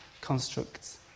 constructs